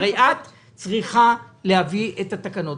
הרי את צריכה להביא את התקנות.